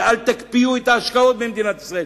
ואל תקפיאו את ההשקעות במדינת ישראל.